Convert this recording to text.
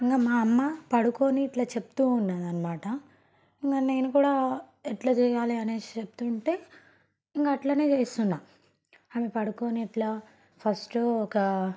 ఇంక మా అమ్మ పడుకుని ఇట్లా చెప్తు ఉంది అన్నమాట ఇంక నేను కూడా ఎట్లా చేయాలి అనేసి చెప్తు ఉంటే ఇంక అట్లనే చేస్తున్నా ఆమె పడుకొని ఇట్లా ఫస్ట్ ఒక